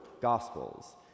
gospels